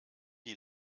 die